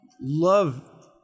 love